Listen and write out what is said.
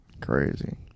crazy